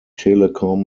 telecom